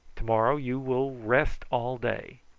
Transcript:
to-morrow you will rest all day.